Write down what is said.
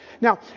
Now